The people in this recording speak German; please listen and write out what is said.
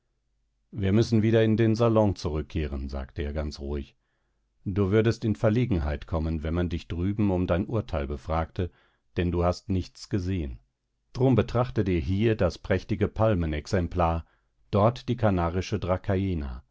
wir müssen wieder in den salon zurückkehren sagte er ganz ruhig du würdest in verlegenheit kommen wenn man dich drüben um dein urteil befragte denn du hast nichts gesehen drum betrachte dir hier das prächtige palmenexemplar dort die kanarische